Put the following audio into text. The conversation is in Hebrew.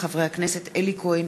הצעת חוק הבנקאות (שירות ללקוח)